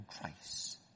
Christ